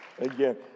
again